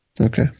Okay